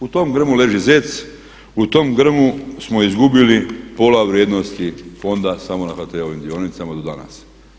U tom grmu leži zec, u tom grmu smo izgubili pola vrijednosti fonda samo na HT-ovim dionicama do danas.